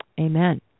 Amen